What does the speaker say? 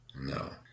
No